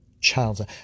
Child